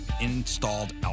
installed